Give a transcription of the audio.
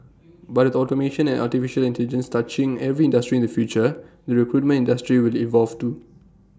but with automation and Artificial Intelligence touching every industry in the future the recruitment industry will evolve too